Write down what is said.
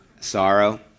Sorrow